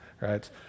right